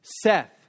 Seth